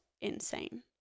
insane